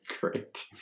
Great